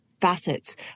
facets